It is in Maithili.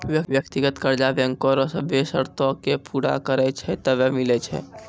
व्यक्तिगत कर्जा बैंको रो सभ्भे सरतो के पूरा करै छै तबै मिलै छै